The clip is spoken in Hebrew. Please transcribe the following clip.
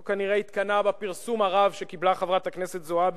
הוא כנראה התקנא בפרסום הרב שקיבלה חברת הכנסת זועבי,